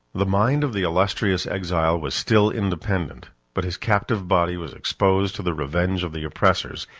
the mind of the illustrious exile was still independent but his captive body was exposed to the revenge of the oppressors,